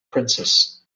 princess